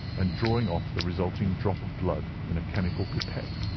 and drawing off the resulting drop of blood in a chemical pipette.